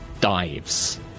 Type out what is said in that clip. dives